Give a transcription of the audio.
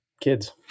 kids